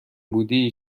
بودی